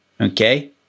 okay